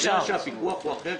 ברגע שהפיקוח הוא אחר,